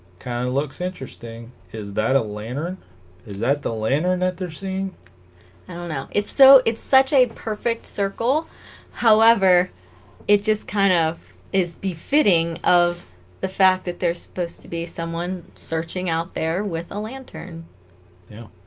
kind of looks interesting is that a lantern is that the lantern that they're seeing i don't know it's so it's such a perfect circle however it just kind of is befitting of the fact that they're supposed to be someone searching out there with a lantern yeah